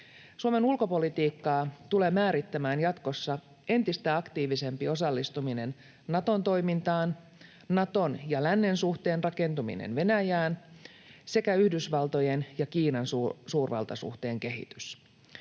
Suomen ulkopolitiikkaa tulee määrittämään jatkossa entistä aktiivisempi osallistuminen Naton toimintaan, Naton ja lännen suhteen rakentuminen Venäjään, sekä Yhdysvaltojen ja Kiinan suurvaltasuhteen kehitys.